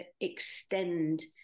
extend